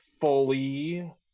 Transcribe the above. fully